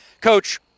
Coach